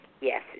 yes